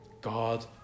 God